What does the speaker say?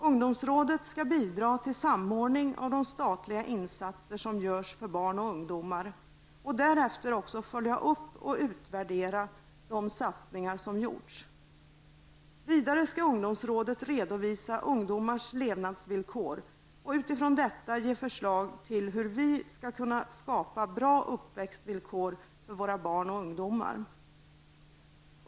Ungdomsrådet skall bidra till samordning av de statliga insatser som görs för barn och ungdomar och därefter också följa upp och utvärdera de satsningar som gjorts. Vidare skall ungdomsrådet redovisa ungdomars levnadsvillkor och utifrån detta ge förslag till hur vi skall kunna skapa bra uppväxtvillkor för våra barn och ungdomar.